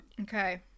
okay